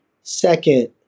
Second